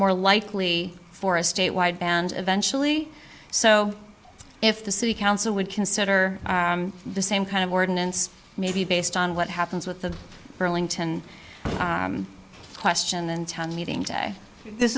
more likely for a state wide band eventually so if the city council would consider the same kind of ordinance maybe based on what happens with the burlington question in town meeting today this